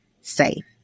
safe